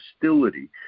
hostility